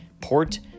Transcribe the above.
Port